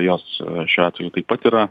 jos šiuo atveju taip pat yra